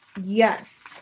Yes